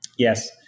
Yes